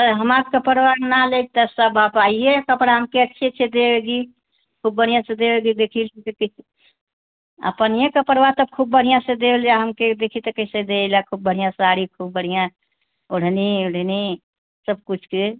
त हम आपका ना ले त सब आप आइए कपड़ा हमके अच्छे अच्छे देगी खूब बढ़िया स अपनिए कपड़वा त खूब बढ़िया स देल जा हमके देखिए त कैसे दैला खूब बढ़िया साड़ी खूब बढ़िया ओढनी उढ़नी सब कुछ के